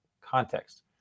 context